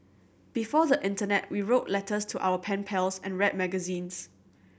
before the internet we wrote letters to our pen pals and read magazines